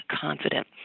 confident